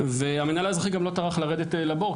והמינהל האזרחי גם לא טרח לרדת לבור,